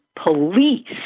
police